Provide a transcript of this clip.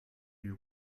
you